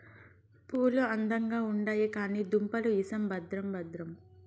పూలు అందంగా ఉండాయి కానీ దుంపలు ఇసం భద్రం భద్రం